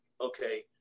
okay